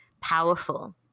powerful